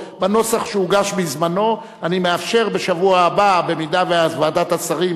בנוסח שונה מעט אבל באותו נושא,